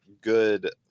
Good